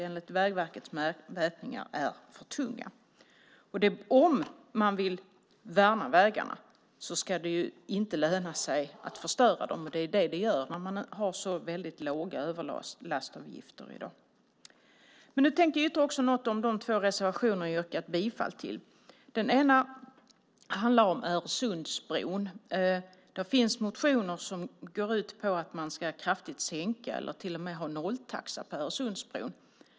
Enligt Vägverkets mätning är var fjärde lastbil för tung. Om man vill värna vägarna ska det inte löna sig att förstöra dem, och det gör det när man har så väldigt låga överlastavgifter som i dag. Jag tänker också säga något om de två reservationer jag har yrkat bifall till. Den ena handlar om Öresundsbron. Det finns motioner som går ut på att man kraftigt ska sänka avgiften eller till och med ha nolltaxa på Öresundsbron.